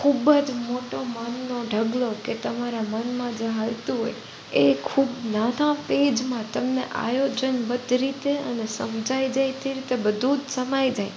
ખૂબ જ મોટો મનનો ઢગલો કે તમારા મનમાં જે હાલતું હોય એ ખૂબ નાનાં પેજમાં તમને આયોજન બદ્ધ રીતે અને સમજાઈ જાય તે રીતે બધું જ સમાઈ જાય